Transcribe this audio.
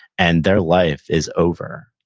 and their life is over,